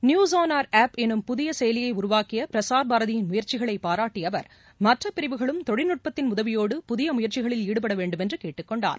news on air app எனும் புதிய செயலியை உருவாக்கிய பிரஸாா் பாரதியின் முயற்சிகளை பாராட்டிய அவர் மற்ற பிரிவுகளும் தொழில்நுட்பத்தின் உதவியோடு புதிய முயற்சிகளில் ஈடுபட வேண்டுமென்று கேட்டுக் கொண்டார்